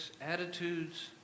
Attitudes